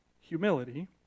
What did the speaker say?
humility